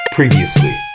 Previously